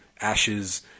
ashes